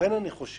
לכן אני חושב